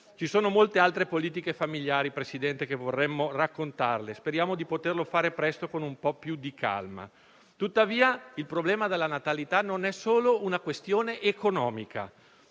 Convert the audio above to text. Ci sono molte altre politiche familiari, signor Presidente, che vorremmo raccontarle e speriamo di poterlo fare presto, con un po' più di calma. Tuttavia, il problema della natalità non è solo una questione economica.